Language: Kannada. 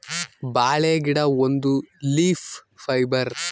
ಬಾಳೆ ಗಿಡ ಒಂದು ಲೀಫ್ ಫೈಬರ್